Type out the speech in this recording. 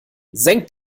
senkt